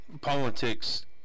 politics